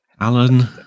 Alan